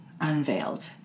unveiled